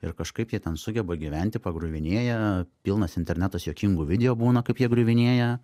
ir kažkaip jie ten sugeba gyventi pagriuvinėja pilnas internetas juokingų video būna kaip jie griuvinėja